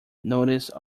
notice